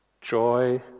joy